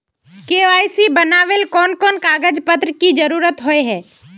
KYC बनावेल कोन कोन कागज पत्र की जरूरत होय है?